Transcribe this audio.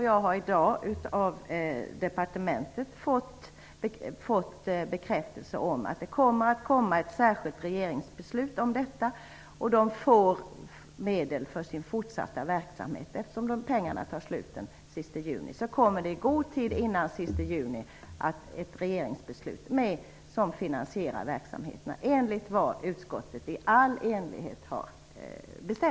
Jag har i dag av departementet fått bekräftelse på att det kommer ett särskilt regeringsbeslut om detta, så att dessa laboratorier får medel till sin fortsatta verksamhet. Eftersom pengarna tar slut den sista juni så kommer ett beslut i god tid innan dess, i enlighet med vad utskottet i all enighet har beställt.